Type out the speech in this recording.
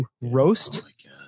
roast